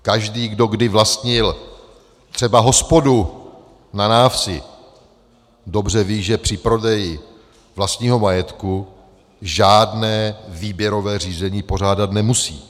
Každý, kdo kdy vlastnil třeba hospodu na návsi, dobře ví, že při prodeji vlastního majetku žádné výběrové řízení pořádat nemusí.